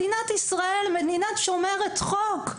מדינת ישראל, מדינה שומרת חוק.